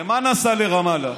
למה הוא נסע לרמאללה?